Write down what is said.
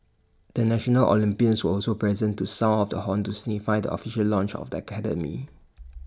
the national Olympians were also present to sound off the horn to signify the official launch of the academy